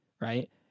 right